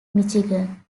michigan